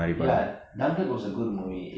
ya dunkirk was a good movie ya